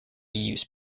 use